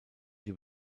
die